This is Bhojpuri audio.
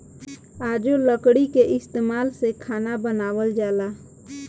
आजो लकड़ी के इस्तमाल से खाना बनावल जाला